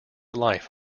life